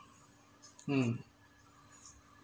mm